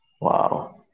Wow